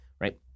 right